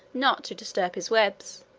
not to disturb his webs.